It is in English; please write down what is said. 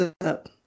up